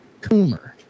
Coomer